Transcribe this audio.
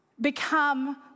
Become